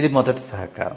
ఇది మొదటి సహకారం